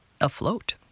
afloat